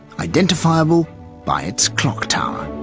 identifiable by its clock tower.